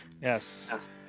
Yes